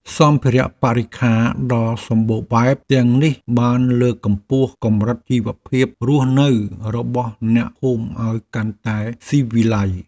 សម្ភារៈបរិក្ខារដ៏សម្បូរបែបទាំងនេះបានលើកកម្ពស់កម្រិតជីវភាពរស់នៅរបស់អ្នកភូមិឱ្យកាន់តែស៊ីវិល័យ។